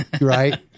right